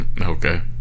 Okay